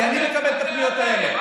כי אני מקבל את הפניות האלה,